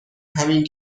همین